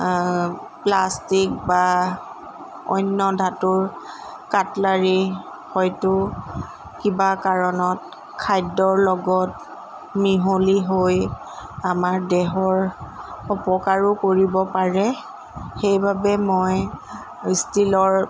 plastic বা অন্য ধাতুৰ কাটলাৰী হয়তো কিবা কাৰণত খাদ্যৰ লগত মিহলি হৈ আমাৰ দেহৰ অপকাৰো কৰিব পাৰে সেইবাবে মই ষ্টীলৰ